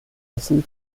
hessen